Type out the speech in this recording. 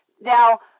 Now